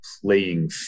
playing